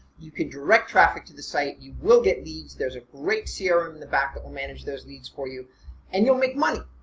you can direct traffic to the site, you will get leads, there's a great and the back that will manage those leads for you and you'll make money.